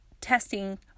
testing